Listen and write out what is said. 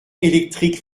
électrique